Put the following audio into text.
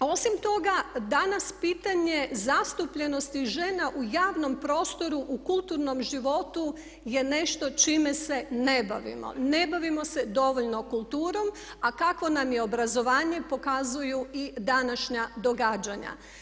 Osim toga, danas pitanje zastupljenosti žena u javnom prostoru u kulturnom životu je nešto čime se ne bavimo, ne bavimo se dovoljno kulturom, a kakvo nam je obrazovanje pokazuju i današnja događanja.